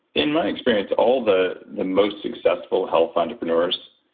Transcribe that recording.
in my experience all the the most successful health entrepreneurs,